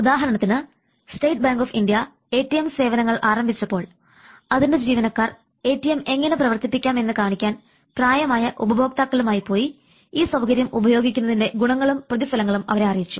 ഉദാഹരണത്തിന് State Bank of India ATM സേവനങ്ങൾ ആരംഭിച്ചപ്പോൾ അതിൻറെ ജീവനക്കാർ എടിഎം എങ്ങനെ പ്രവർത്തിപ്പിക്കാം എന്ന് കാണിക്കാൻ പ്രായമായ ഉപഭോക്താക്കളുമായി പോയി ഈ സൌകര്യം ഉപയോഗിക്കുന്നതിൻറെ ഗുണങ്ങളും പ്രതിഫലങ്ങളും അവരെ അറിയിച്ചു